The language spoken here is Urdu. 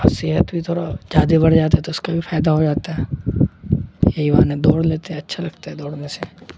اور صحت بھی تھوڑا زیادہ بڑھ جاتا ہے تو اس کا بھی فائدہ ہو جاتا ہے یہی بہانے دوڑ لیتے ہیں اچھا لگتا ہے دوڑنے سے